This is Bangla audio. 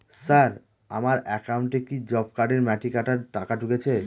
স্যার আমার একাউন্টে কি জব কার্ডের মাটি কাটার টাকা ঢুকেছে?